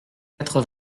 quatre